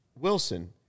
Wilson